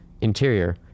Interior